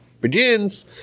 begins